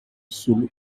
solo